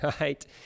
right